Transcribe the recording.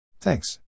Thanks